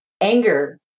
anger